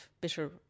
bitter